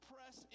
Press